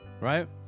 right